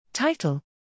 Title